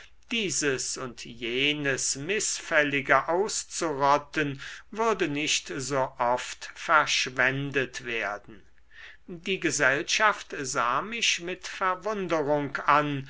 dieses und jenes mißfällige auszurotten würde nicht so oft verschwendet werden die gesellschaft sah mich mit verwunderung an